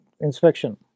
inspection